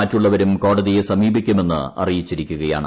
മറ്റുള്ളവരും കോടതിയെ സമീപിക്കുമെന്ന് അറിയിച്ചിരിക്കുകയാണ്